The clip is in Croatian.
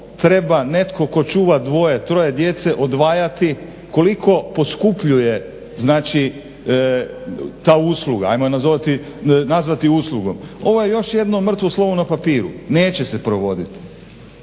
treba netko tko čuva dvoje, troje djece odvajati, koliko poskupljuje ta usluga. Ajmo je nazvati uslugom. Ovo je još jedno mrtvo slovo na papiru, neće se provoditi.